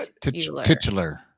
Titular